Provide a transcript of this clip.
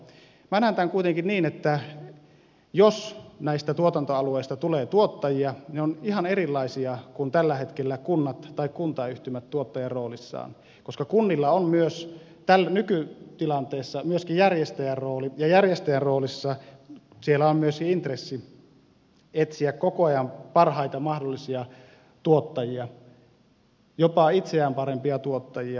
minä näen tämän kuitenkin niin että jos näistä tuotantoalueista tulee tuottajia ne ovat ihan erilaisia kuin tällä hetkellä kunnat tai kuntayhtymät tuottajan roolissaan koska kunnilla on nykytilanteessa myöskin järjestäjän rooli ja järjestäjän roolissa siellä on myös intressi etsiä koko ajan parhaita mahdollisia tuottajia jopa itseään parempia tuottajia